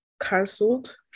cancelled